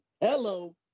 Hello